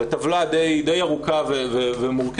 זו טבלה די ארוכה ומורכבת,